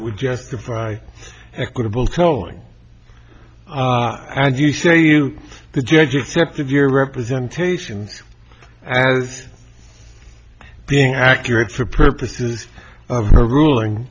would justify equitable tolling and you say you the judge accepted your representation as being accurate for purposes of her ruling